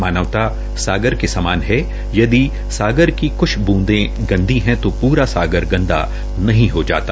मानवता सागर के समान है यदि सागर की कुछ बूँदें गन्दी हैं तो पूरा सागर गंदा नहीं हो जाता